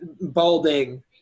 balding